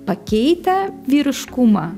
pakeitę vyriškumą